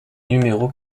numéro